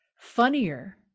funnier